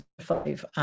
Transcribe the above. five